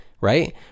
right